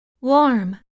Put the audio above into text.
warm